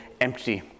Empty